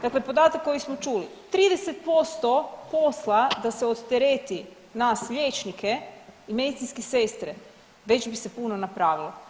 Dakle, podatak koji smo čuli 30% posla da se odtereti nas liječnike i medicinske sestre već bi se puno napravilo.